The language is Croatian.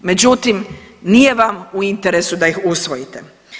Međutim, nije vam u interesu da ih usvojite.